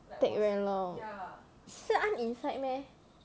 take very long si an inside meh